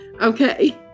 Okay